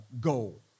goal